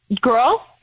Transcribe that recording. Girl